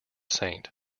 saint